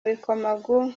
bikomagu